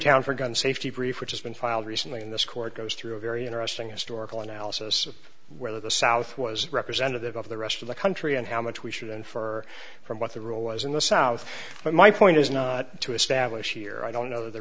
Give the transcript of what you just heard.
town for gun safety brief which has been filed recently in this court goes through a very interesting historical analysis of whether the south was representative of the rest of the country and how much we should and for from what the rule was in the south but my point is not to establish here i don't know th